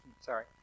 sorry